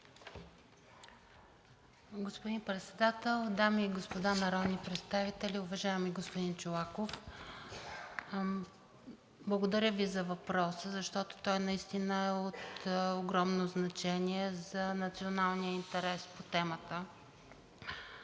Господин Председател, дами и господа народни представители! Уважаеми господин Чолаков, благодаря Ви за въпроса, защото той наистина е от огромно значение за националния интерес и по темата